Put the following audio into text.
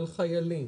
על חיילים,